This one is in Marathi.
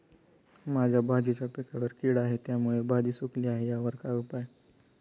माझ्या भाजीच्या पिकावर कीड आहे त्यामुळे भाजी सुकली आहे यावर काय उपाय?